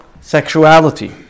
sexuality